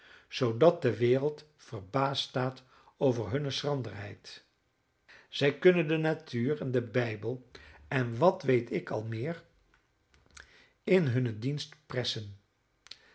zoodat de wereld verbaasd staat over hunne schranderheid zij kunnen de natuur en den bijbel en wat weet ik al meer in hunnen dienst pressen